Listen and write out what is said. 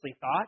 thought